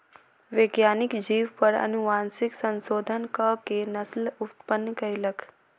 वैज्ञानिक जीव पर अनुवांशिक संशोधन कअ के नस्ल उत्पन्न कयलक